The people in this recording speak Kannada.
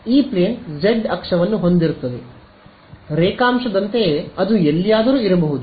ಇ ಪ್ಲೇನ್ ಜೆಡ್ ಅಕ್ಷವನ್ನು ಹೊಂದಿರುತ್ತದೆ ರೇಖಾಂಶದಂತೆಯೇ ಅದು ಎಲ್ಲಿಯಾದರೂ ಇರಬಹುದು